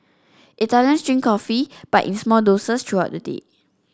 Italians drink coffee but in small doses throughout the day